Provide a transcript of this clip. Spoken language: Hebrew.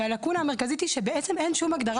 והלקונה המרכזית היא שבעצם אין שום הגדרה